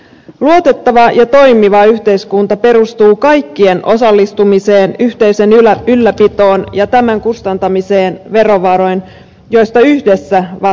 luotettava ja toimiva yhteiskunta perustuu kaikkien osallistumiseen yhteiseen ylläpitoon ja tämän kustantamiseen verovaroin joista yhdessä vastaamme